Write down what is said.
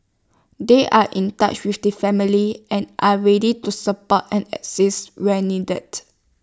they are in touch with the family and are ready to support and assist where needed